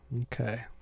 Okay